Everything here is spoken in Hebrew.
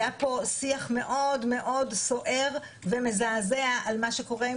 היה פה שיח מאוד סוער ומזעזע על מה שקורה עם